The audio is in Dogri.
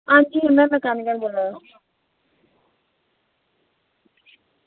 आं जी में मैकेनिक बोल्ला ना